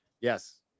Yes